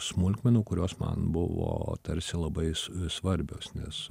smulkmenų kurios man buvo tarsi labai svarbios nes